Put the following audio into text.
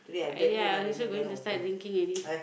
!aiya! I also going to start drinking already